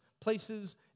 Places